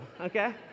Okay